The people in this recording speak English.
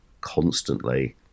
constantly